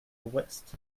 west